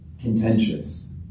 contentious